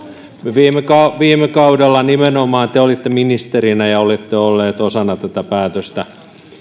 viime kaudella nimenomaan te olitte ministerinä ja olette ollut osana tätä päätöstä